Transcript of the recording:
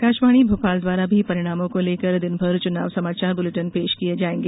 आकाशवाणी भोपाल द्वारा भी परिणामों को लेकर दिनभर चुनाव समाचार बुलेटिन पेश किये जाएंगे